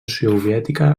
soviètica